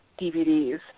DVDs